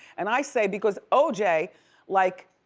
and i say because oj, like